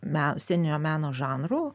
me sceninio meno žanrų